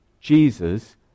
Jesus